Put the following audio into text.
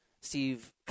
Steve